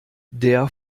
der